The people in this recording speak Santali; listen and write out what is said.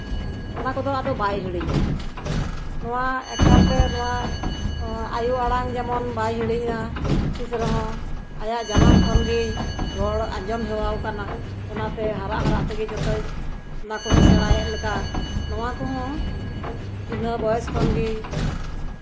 ᱚᱱᱟ ᱠᱚᱫᱚ ᱟᱫᱚ ᱵᱟᱭ ᱦᱤᱲᱤᱧᱟ ᱱᱚᱣᱟ ᱮᱠᱟᱞᱛᱮ ᱱᱚᱣᱟ ᱟᱭᱳ ᱟᱲᱟᱝ ᱡᱮᱢᱚᱱ ᱵᱟᱭ ᱦᱤᱲᱤᱧᱟ ᱛᱤᱥ ᱨᱮᱦᱚᱸ ᱟᱭᱟᱜ ᱡᱟᱱᱟᱢ ᱠᱷᱚᱱᱜᱮ ᱨᱚᱲ ᱟᱸᱡᱚᱢ ᱦᱮᱣᱟ ᱠᱟᱱᱟ ᱚᱱᱟᱛᱮ ᱦᱟᱨᱟᱜ ᱛᱮᱜᱮ ᱡᱚᱛᱚᱭ ᱚᱱᱟ ᱠᱚᱦᱚᱸᱭ ᱥᱮᱬᱟᱭᱮᱜ ᱞᱮᱠᱟ ᱱᱚᱣᱟ ᱠᱚᱦᱚᱸ ᱤᱱᱟᱹ ᱵᱚᱭᱮᱥ ᱠᱷᱚᱱᱜᱮ